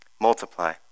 Multiply